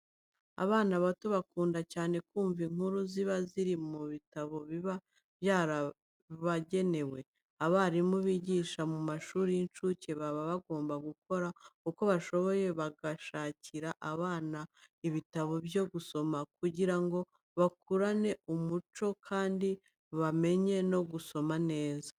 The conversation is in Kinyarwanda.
Abana bato bakunda cyane kumva inkuru ziba ziri mu bitabo biba byarabagenewe. Abarimu bigisha mu mashuri y'incuke baba bagomba gukora uko bashoboye bagashakira aba bana ibitabo byo gusoma kugira ngo bakurane uwo muco kandi bamenye no gusoma neza.